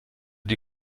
die